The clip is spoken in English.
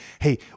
Hey